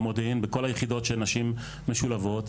במודיעין ובכל היחידות שנשים משולבות,